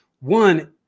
one